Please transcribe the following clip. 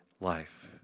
life